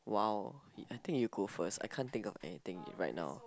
!wow! I think you go first I can't think of anything right now